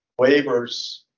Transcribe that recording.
waivers